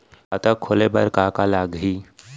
खाता खोले बार का का लागही?